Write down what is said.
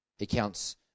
accounts